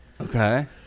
Okay